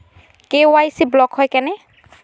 KYC block হয় কেনে?